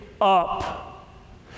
up